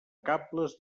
cables